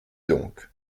donc